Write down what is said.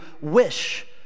wish